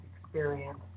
experience